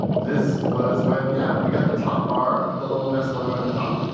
this was when, yeah, we got the top bar with the little nest logo at the top.